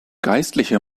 geistliche